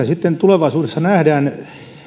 sitten nähdään